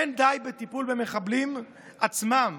אין די בטיפול במחבלים עצמם